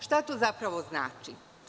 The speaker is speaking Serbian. Šta to zapravo znači?